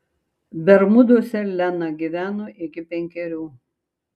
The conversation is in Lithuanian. bermuduose lena gyveno iki penkerių